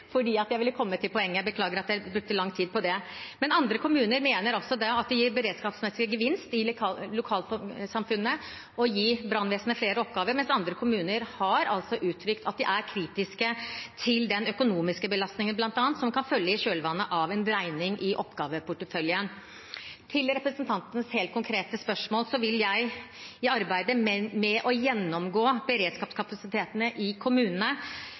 det. Noen kommuner mener at det gir beredskapsmessig gevinst i lokalsamfunnet å gi brannvesenet flere oppgaver, mens andre kommuner har uttrykt at de er kritiske til den økonomiske belastningen, som bl.a. kan følge i kjølvannet av en dreining i oppgaveporteføljen. Til representantens helt konkrete spørsmål vil jeg i arbeidet med å gjennomgå beredskapskapasiteten i kommunene,